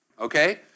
okay